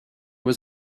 was